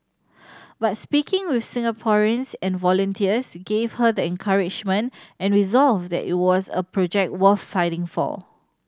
but speaking with Singaporeans and volunteers gave her the encouragement and resolve that it was a project worth fighting for